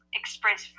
express